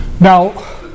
Now